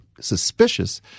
suspicious